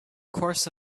course